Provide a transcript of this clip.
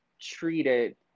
Treated